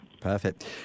Perfect